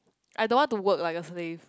I don't want to work like a slave